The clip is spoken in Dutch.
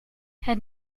het